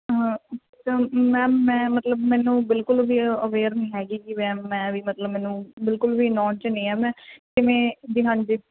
ma'am ਮੈਂ ਮਤਲਬ ਮੈਨੂੰ ਬਿਲਕੁਲ ਵੀ ਅਵੇਅਰ ਨਹੀਂ ਹੈਗੀ ਕਿ ਮੈਂ ਵੀ ਮਤਲਬ ਮੈਨੂੰ ਬਿਲਕੁਲ ਵੀ ਨੌਨ 'ਚ ਨਹੀਂ ਹਾਂ ਮੈਂ ਕਿਵੇਂ ਵੀ ਹਾਂਜੀ